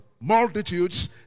multitudes